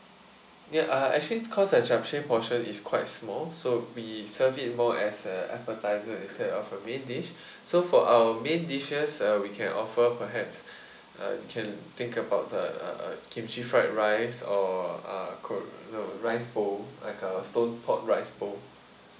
ya uh actually cause the japchae portion is quite small so we serve it more as an appetiser instead of a main dish so for our main dishes uh we can offer perhaps uh you can think about the uh kimchi fried rice or uh kor~ you know rice bowl like a stone pot rice bowl